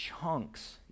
chunks